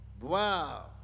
Wow